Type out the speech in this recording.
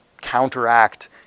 counteract